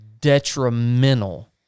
detrimental